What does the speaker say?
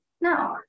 No